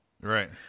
Right